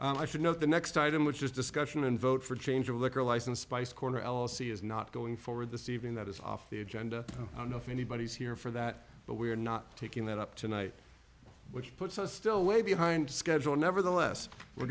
should i should note the next item which is discussion and vote for change a liquor license spice corner l c is not going forward this evening that is off the agenda i don't know if anybody is here for that but we are not taking that up tonight which puts us still way behind schedule nevertheless we're